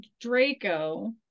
Draco